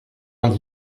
vingt